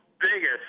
biggest